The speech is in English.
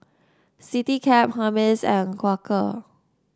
Citycab Hermes and Quaker